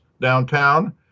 downtown